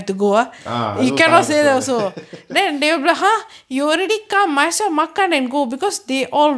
ah adoi salah sorry